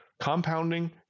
compounding